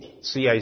CIC